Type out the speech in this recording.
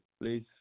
please